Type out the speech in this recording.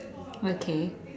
okay